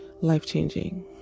life-changing